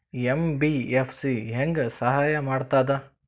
MBFC ಹೆಂಗ್ ಸಹಾಯ ಮಾಡ್ತದ?